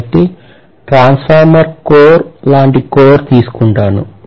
కాబట్టి transformer core లాంటి core తీసుకుంటాను